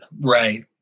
right